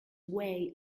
way